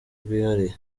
bwihariye